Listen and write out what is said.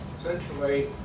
essentially